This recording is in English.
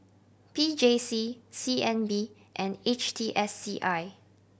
P J C C N B and H T S C I